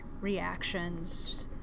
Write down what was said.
reactions